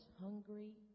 hungry